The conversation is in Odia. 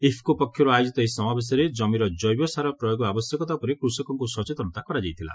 ଇଫକୋ ପକ୍ଷରୁ ଆୟୋକିତ ଏହି ସମାବେଶରେ ଜମିର ଜେବ ସାର ପ୍ରୟୋଗ ଆବଶ୍ୟକତା ଉପରେ କୃଷକଙ୍କୁ ସଚେତନତା କରାଯାଇଥିଲା